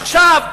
עכשיו,